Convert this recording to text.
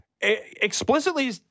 Explicitly